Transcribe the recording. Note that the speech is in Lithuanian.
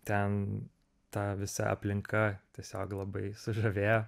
ten ta visa aplinka tiesiog labai sužavėjo